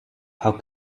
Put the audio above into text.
how